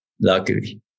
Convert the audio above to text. Luckily